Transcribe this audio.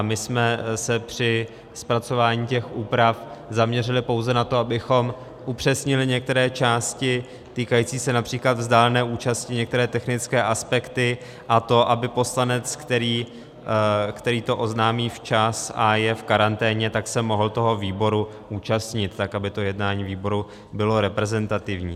My jsme se při zpracování těch úprav zaměřili pouze na to, abychom upřesnili některé části týkající se například vzdálené účasti, některé technické aspekty a to, aby poslanec, který to oznámí včas a je v karanténě, se mohl toho výboru účastnit, tak aby to jednání výboru bylo reprezentativní.